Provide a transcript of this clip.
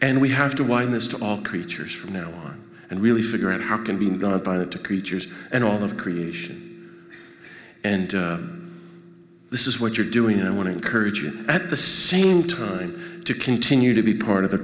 and we have to wind this to all creatures from now on and really figure out how can be the creatures and all of creation and this is what you're doing and i want to encourage you at the same time to continue to be part of